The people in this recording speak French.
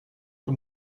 que